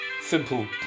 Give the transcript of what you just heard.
Simple